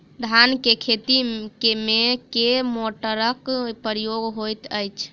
धान केँ खेती मे केँ मोटरक प्रयोग होइत अछि?